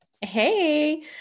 Hey